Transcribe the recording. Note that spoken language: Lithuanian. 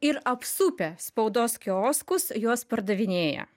ir apsupę spaudos kioskus juos pardavinėja